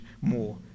more